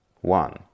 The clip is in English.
one